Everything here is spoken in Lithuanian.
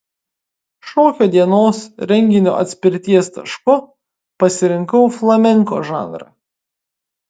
šokio dienos renginio atspirties tašku pasirinkau flamenko žanrą